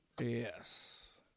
Yes